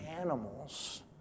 animals